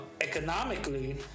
economically